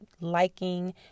liking